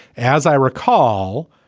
as i recall,